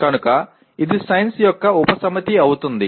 కనుక ఇది సైన్స్ యొక్క ఉపసమితి అవుతుంది